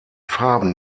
farben